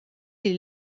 les